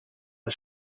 the